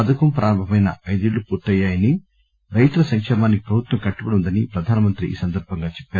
పథకం ప్రారంభమై ఐదేళ్లు పూర్తి అయ్యాయని రైతుల సంకేమానికి ప్రభుత్వం కట్టుబడి ఉందని ప్రధాని తెలిపారు